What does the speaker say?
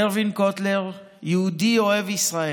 ארוין קוטלר, יהודי אוהב ישראל,